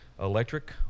electric